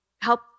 help